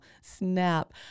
Snap